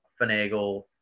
finagle